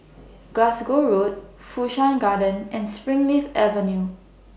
Glasgow Road Fu Shan Garden and Springleaf Avenue